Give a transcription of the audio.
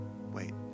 Wait